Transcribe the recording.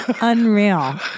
Unreal